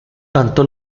tanto